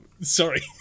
Sorry